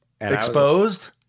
Exposed